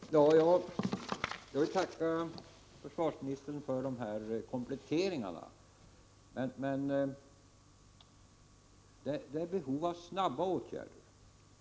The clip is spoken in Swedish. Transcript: Herr talman! Jag vill tacka försvarsministern för de här kompletteringarna. Vi har behov av snara åtgärder.